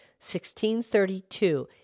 1632